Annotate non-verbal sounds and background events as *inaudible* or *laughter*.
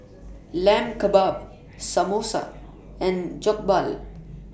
*noise* Lamb Kebabs Samosa and Jokbal